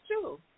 true